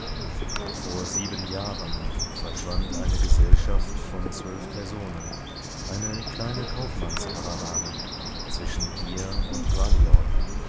vor sieben jahren verschwand eine gesellschaft von zwölf personen eine kleine kaufmannskarawane zwischen hier und